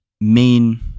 main